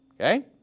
Okay